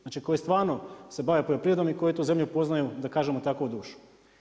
Znači koji stvarno se bave poljoprivredom i koji tu zemlju poznaju da kažemo tako u dušu.